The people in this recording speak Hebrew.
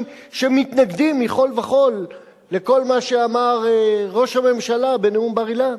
שמתנגדים מכול וכול לכל מה שאמר ראש הממשלה בנאום בר-אילן.